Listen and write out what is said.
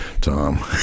Tom